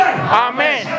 Amen